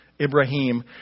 Ibrahim